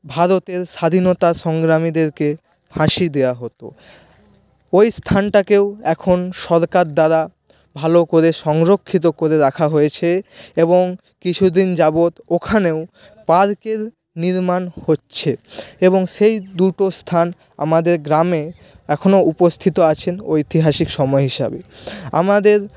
ভারতের স্বাধীনতা সংগ্রামীদেরকে ফাঁসি দেওয়া দেওয়া হতো ওই স্থানটাকেও এখন সরকার দ্বারা ভালো করে সংরক্ষিত করে রাখা হয়েছে এবং কিছুদিন যাবৎ ওখানেও পার্কের নির্মাণ হচ্ছে এবং সেই দুটো স্থান আমাদের গ্রামে এখনও উপস্থিত আছেন ঐতিহাসিক সময় হিসাবে আমাদের